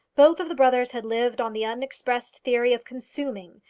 both of the brothers had lived on the unexpressed theory of consuming,